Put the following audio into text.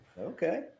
Okay